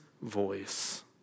voice